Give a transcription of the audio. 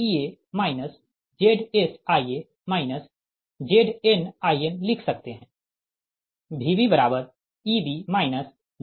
तो आप VaEa ZsIa ZnIn लिख सकते है